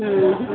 ଉଁ ହୁଁ